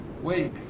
wait